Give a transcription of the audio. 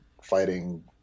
fighting